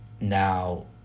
Now